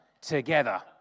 together